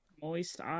Moist